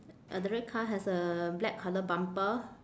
at the red car has a black colour bumper